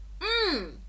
Mmm